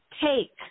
take